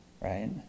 right